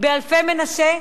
באלפי-מנשה.